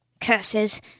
Curses